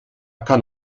kann